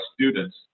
students